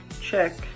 Check